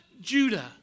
Judah